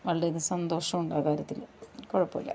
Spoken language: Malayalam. വളരെയധികം സന്തോഷമുണ്ട് ആ കാര്യത്തിൽ കുഴപ്പമില്ല